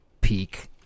peak